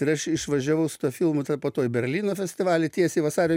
ir aš išvažiavau su tuo filmu ten po to į berlyno festivalį tiesiai vasario